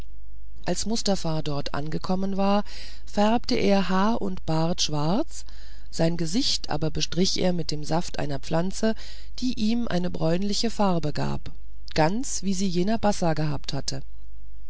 als mustafa dort angekommen war färbte er haar und bart schwarz sein gesicht aber bestrich er mit dem saft einer pflanze der ihm eine bräunliche farbe gab ganz wie sie jener bassa gehabt hatte